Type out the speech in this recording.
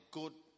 good